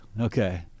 Okay